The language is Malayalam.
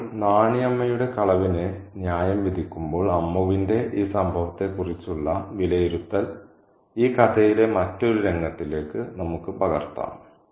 ഇപ്പോൾ നാണി അമ്മയുടെ കളവിന് ന്യായം വിധിക്കുമ്പോൾ അമ്മുവിന്റെ ഈ സംഭവത്തെക്കുറിച്ചുള്ള വിലയിരുത്തൽ ഈ കഥയിലെ മറ്റൊരു രംഗത്തിലേക്ക് നമുക്ക് പകർത്താം